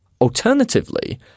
Alternatively